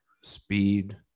speed